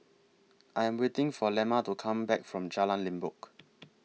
I Am waiting For Lemma to Come Back from Jalan Limbok